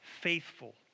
faithful